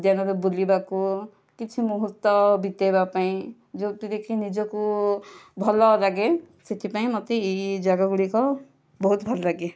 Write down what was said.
ଉଦ୍ୟାନରେ ବୁଲିବାକୁ କିଛି ମୁହୂର୍ତ୍ତ ବିତାଇବା ପାଇଁ ଯେଉଁଥିରେ କି ନିଜକୁ ଭଲ ଲାଗେ ସେଥିପାଇଁ ମୋତେ ଏହି ଏହି ଜାଗାଗୁଡ଼ିକ ବହୁତ ଭଲ ଲାଗେ